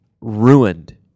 ruined